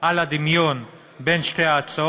על הדמיון בין שתי ההצעות.